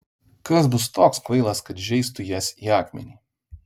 kas bus toks kvailas kad žeistų jas į akmenį